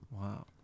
Wow